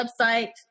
website